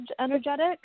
energetic